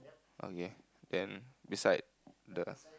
okay then beside the